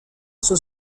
suo